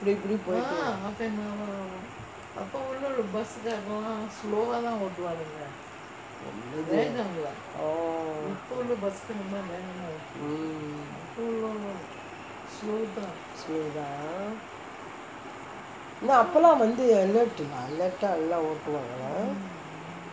அப்டி இப்டி போயிட்டு:apdi ipdi poyittu oh mm slow தான் ஆனா அப்போலாம் வந்து:thaan aanaa appolaam vanthu alert lah alert ah எல்லாம் ஓட்டுவாங்கே:ellam oottuvangae